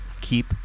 keep